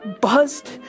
buzzed